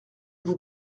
vous